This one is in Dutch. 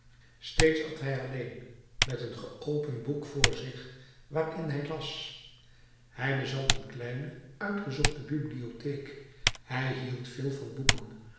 steeds at hij alleen met een geopend boek voor zich waarin hij las hij bezat een kleine uitgezochte bibliotheek hij hield veel van boeken